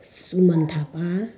Suman Thapa